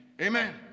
Amen